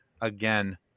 again